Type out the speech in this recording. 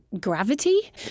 gravity